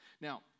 Now